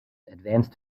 advanced